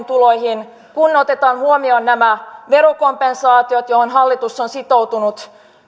tuloihin kun otetaan huomioon nämä verokompensaatiot joihin hallitus on sitoutunut